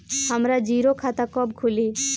हमरा जीरो खाता कब खुली?